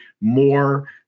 more